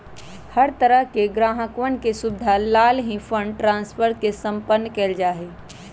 हर तरह से ग्राहकवन के सुविधा लाल ही फंड ट्रांस्फर के सम्पन्न कइल जा हई